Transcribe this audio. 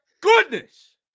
goodness